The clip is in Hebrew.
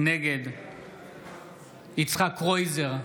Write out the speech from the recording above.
נגד יצחק קרויזר,